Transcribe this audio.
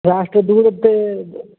last ढूँढ़ते